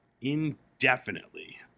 indefinitely